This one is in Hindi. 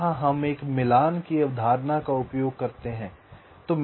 यहां हम एक मिलान की अवधारणा का उपयोग करते हैं